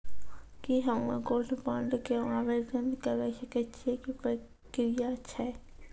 की हम्मय gold bond के आवदेन करे सकय छियै, की प्रक्रिया छै?